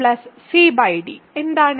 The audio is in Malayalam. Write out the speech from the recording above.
abcd എന്താണ്